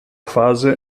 fase